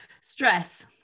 stress